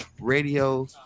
radio